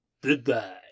goodbye